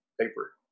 paper